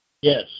yes